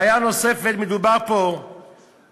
בעיה נוספת, מדובר פה בעורך-דין